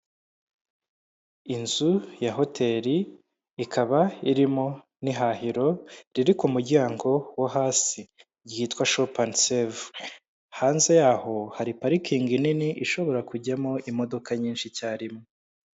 Inzu ya hoteli ikaba irimo n'ihahiro riri ku muryango wo hasi ryitwa shopu andi sevu. Hanze yaho hari parikingi nini ishobora kujyamo imodoka nyinshi icyarimwe.